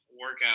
workout